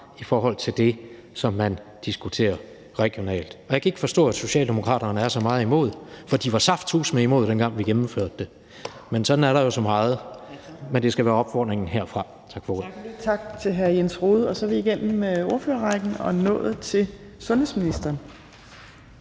i forhold til det, som man diskuterer regionalt. Jeg kan ikke forstå, at Socialdemokratiet er så meget imod det, for de var saftsuseme imod det, dengang vi gennemførte at fjerne den. Men sådan er der jo så meget. Men det skal være opfordringen herfra. Tak for ordet. Kl. 14:53 Tredje næstformand (Trine Torp): Tak til hr. Jens Rohde. Så er vi igennem ordførerrækken og nået til sundhedsministeren,